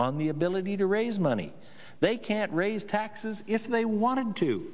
on the ability to raise money they can't raise taxes if they wanted to